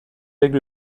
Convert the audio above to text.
aigues